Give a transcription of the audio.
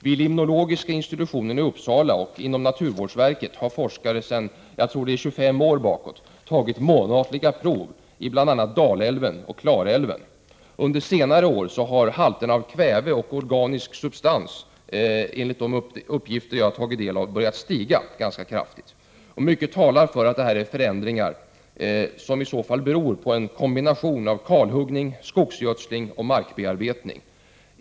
Vid limnologiska institutionen i Uppsala och inom naturvårdsverket har forskare sedan, jag tror, 25 år tagit månatliga prov i bl.a. Dalälven och Klarälven. Under senare år har halterna av kväve och organisk substans, enligt de uppgifter jag har tagit del av, börjat stiga kraftigt. Mycket talar för att dessa förändringar beror på en kombination av kalhuggning, skogsgödsling och markbearbetning.